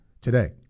today